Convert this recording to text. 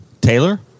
Taylor